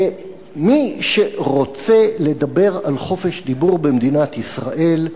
ומי שרוצה לדבר על חופש דיבור במדינת ישראל,